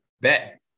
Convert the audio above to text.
Bet